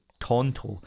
tonto